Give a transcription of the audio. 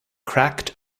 cracked